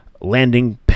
landing